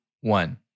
one